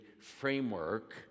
framework